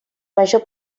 major